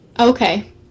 Okay